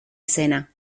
escena